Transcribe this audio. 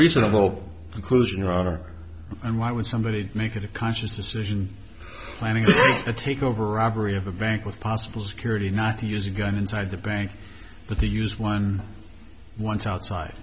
reasonable conclusion there are and why would somebody make a conscious decision planning a takeover robbery of a bank with possible security not to use a gun inside the bank but to use one once outside